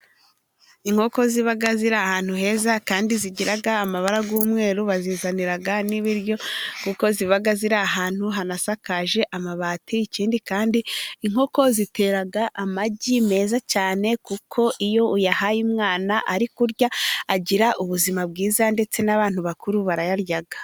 Inkoko ziba ziri ahantu heza kandi zigira amabara y'umweru, bazizanira n'ibiryo, kuko ziba ziri ahantu hasakaje amabati. Ikindi kandi inkoko zitera amagi meza cyane, kuko iyo uyahaye umwana ari kurya agira ubuzima bwiza, ndetse n'abantu bakuru barayarya.